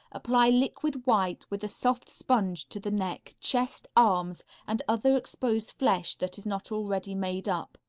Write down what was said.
apply liquid white with a soft sponge to the neck, chest, arms and other exposed flesh that is not already made up.